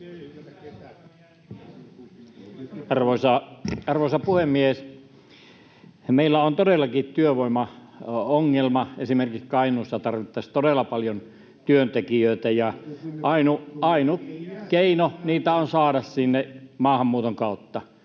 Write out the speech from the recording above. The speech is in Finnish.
Arvoisa puhemies! Meillä on todellakin työvoimaongelma, esimerkiksi Kainuussa tarvittaisiin todella paljon työntekijöitä, ja ainut keino saada niitä sinne on maahanmuuton kautta.